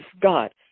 God